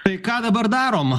tai ką dabar darom